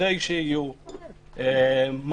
כדי שיהיו מתאימים,